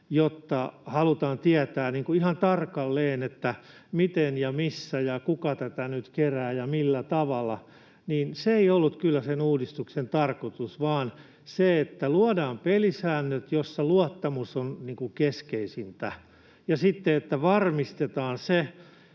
koska halutaan tietää ihan tarkalleen, miten ja missä ja kuka tätä nyt kerää ja millä tavalla. Se ei ollut kyllä sen uudistuksen tarkoitus vaan se, että luodaan pelisäännöt, joissa luottamus on keskeisintä, ja sitten se, että varmistetaan,